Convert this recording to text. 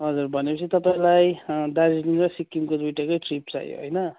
हजुर भनेपछि तपाईँलाई दार्जिलिङ र सिक्किमको दुईवटाकै ट्रिप चाहियो होइन